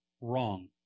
wrong